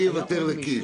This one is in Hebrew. אני אוותר לקיש.